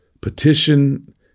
petition